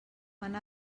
anar